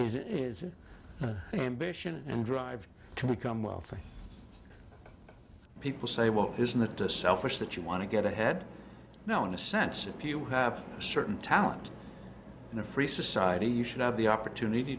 ambition and drive to become wealthy people say well isn't that a selfish that you want to get ahead now in a sense if you have certain talent in a free society you should have the opportunity